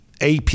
ap